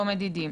מדידים.